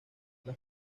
las